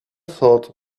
thought